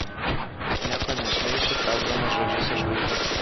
nieko nešmeišiu traukdamas žodžius iš konteksto